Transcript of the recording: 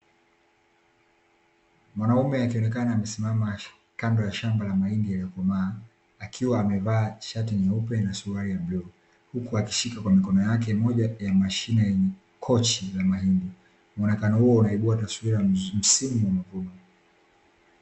Mwanaume akionekana amesimama kendo ya shamba la mahindi yaliyokomaa, akiwa amevaa shati nyeupe na suruali ya bluu, huku akishika kwa mikono yake moja ya mashine yenye kochi la mahindi. Muonekano huo unaibua taswira ya msimu wa mavuno.